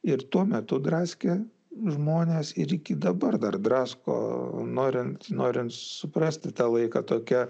ir tuo metu draskė žmones ir iki dabar dar drasko norint norint suprasti tą laiką tokia